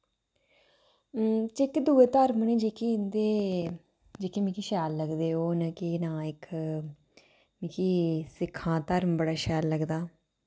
जेह्के दूए धर्म न जेह्के इंदे जेह्के मिकी शैल लगदे ओह् न केह् नांऽ इक मिकी सिक्खां दा धर्म बड़ा शैल लगदा